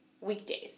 weekdays